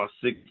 six